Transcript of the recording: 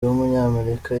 w’umunyamerika